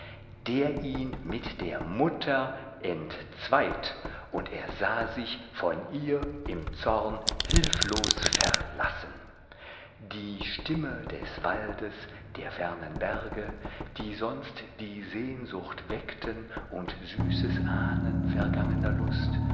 der ihn mit der mutter entzweit und er sah sich von ihr im zorn hilflos verlassen die stimme des waldes der fernen berge die sonst die sehnsucht weckten und süßes ahnen vergangener lust